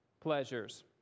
pleasures